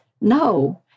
no